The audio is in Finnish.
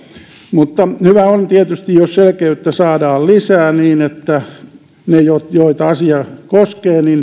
mutta hyvä on tietysti jos selkeyttä saadaan lisää niin että ne joita asia koskee